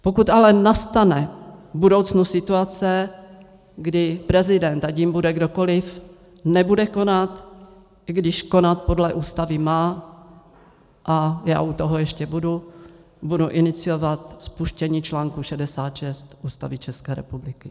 Pokud ale nastane v budoucnu situace, kdy prezident, ať jím bude kdokoliv, nebude konat, i když konat podle Ústavy má, a já u toho ještě budu, budu iniciovat spuštění článku 66 Ústavy České republiky.